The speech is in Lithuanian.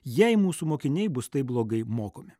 jei mūsų mokiniai bus taip blogai mokomi